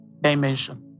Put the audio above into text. dimension